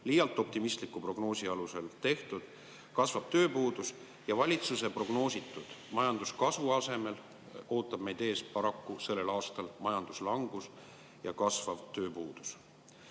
liialt optimistliku prognoosi alusel tehtud, kasvab tööpuudus ning valitsuse prognoositud majanduskasvu asemel ootab meid sellel aastal ees paraku majanduslangus ja kasvav tööpuudus.